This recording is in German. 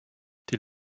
die